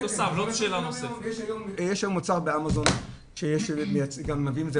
יש היום מוצר באמזון שגם מייבאים את זה לארץ.